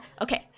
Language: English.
okay